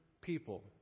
people